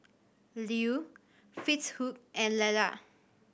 Lew Fitzhugh and Lela